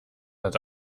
hat